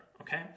Okay